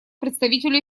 представителю